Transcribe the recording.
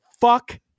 fuck